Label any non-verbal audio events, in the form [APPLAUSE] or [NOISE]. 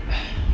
[BREATH]